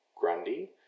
Grundy